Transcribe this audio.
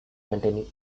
containing